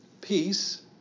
peace